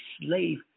slave